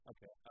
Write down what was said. Okay